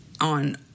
on